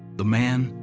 the man,